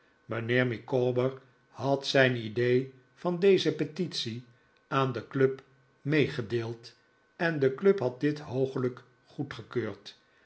mijnheer micawber had zijn idee van deze petitie aan de club meegedeeld en de club had dit hoogelijk goedgekeurd